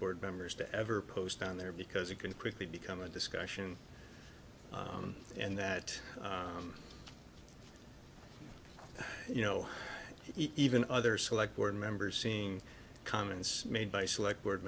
board members to ever post on there because it can quickly become a discussion and that you know even other select board members seeing comments made by select word